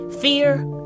Fear